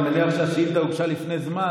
אני מניח שהשאילתה הוגשה לפני זמן,